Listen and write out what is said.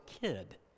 kid